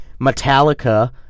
Metallica